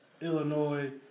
Illinois